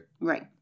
Right